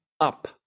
up